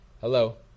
hello